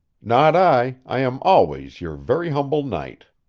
not i. i am always your very humble knight.